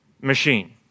machine